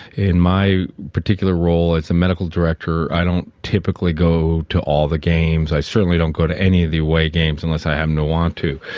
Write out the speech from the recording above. in my particular role as a medical director i don't typically go to all the games, i certainly don't go to any of the away games unless i happen to want to.